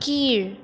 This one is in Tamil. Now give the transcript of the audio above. கீழ்